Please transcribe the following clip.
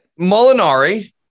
Molinari